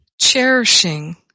cherishing